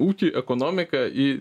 ūkį ekonomiką į